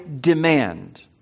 demand